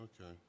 Okay